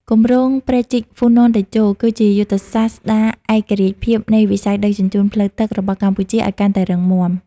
គម្រោងព្រែកជីកហ្វូណនតេជោ គឺជាយុទ្ធសាស្ត្រស្ដារឯករាជ្យភាពនៃវិស័យដឹកជញ្ជូនផ្លូវទឹករបស់កម្ពុជាឱ្យកាន់តែរឹងមាំ។